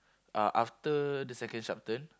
uh after the second sharp turn